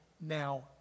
now